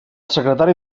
secretari